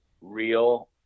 real